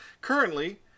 currently